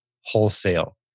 wholesale